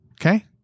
Okay